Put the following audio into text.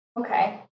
Okay